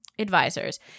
advisors